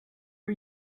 are